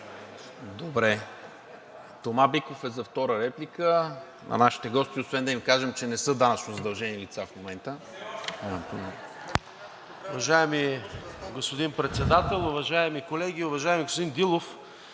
Тома Биков е за втора реплика. На нашите гости освен да им кажем, че не са данъчно задължени лица в момента.